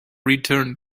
returned